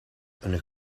een